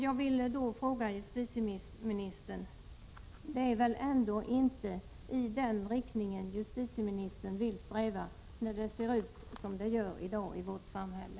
Jag vill fråga justitieministern: Det är väl ändå inte i den riktningen justitieministern vill sträva, när det ser ut som det gör i dag i vårt samhälle?